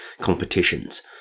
competitions